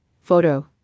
Photo